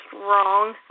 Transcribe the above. wrong